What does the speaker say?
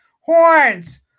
Horns